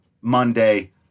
Monday